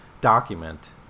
document